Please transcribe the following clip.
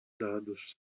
dados